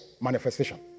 manifestation